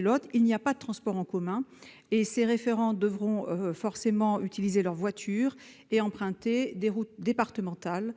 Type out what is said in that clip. Lot -, il n'y a pas de transports en commun. Les référents devront forcément utiliser leur voiture et emprunter des routes départementales,